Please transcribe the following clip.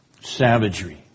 savagery